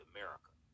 America